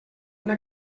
una